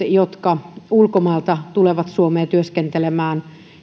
jotka ulkomailta tulevat suomeen työskentelemään